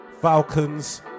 Falcons